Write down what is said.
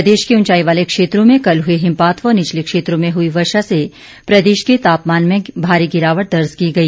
प्रदेश के उंचाई वाले क्षेत्रों में कल हुए हिमपात व निचले क्षेत्रों में हुई वर्षा से प्रदेश के तापमान में भारी गिरावट दर्ज की गई